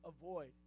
avoid